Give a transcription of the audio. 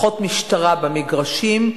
פחות משטרה במגרשים,